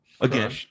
again